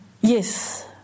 yes